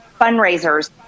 fundraisers